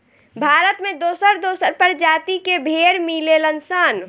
भारत में दोसर दोसर प्रजाति के भेड़ मिलेलन सन